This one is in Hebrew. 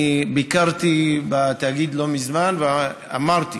ביקרתי בתאגיד לא מזמן ואמרתי